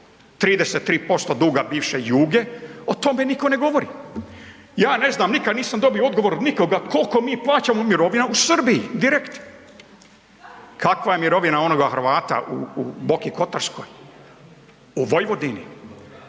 33% duga bivše Juge, o tome niko ne govori. Ja ne znam, nikad nisam dobio odgovor nikoga kolko mi plaćamo mirovina u Srbiji, direkt? Kakva je mirovina onoga Hrvata u Boki Kotarskoj? U Vojvodini?